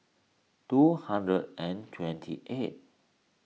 two hundred and twenty eighth